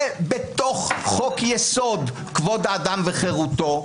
זה בתוך חוק-יסוד: כבוד האדם וחירותו,